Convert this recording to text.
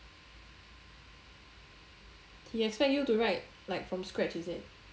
he expect you to write like from scratch is it